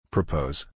Propose